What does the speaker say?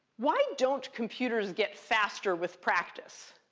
why don't computers get faster with practice?